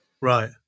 Right